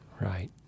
Right